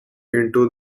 into